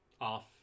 off